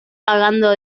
pagando